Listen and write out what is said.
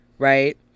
Right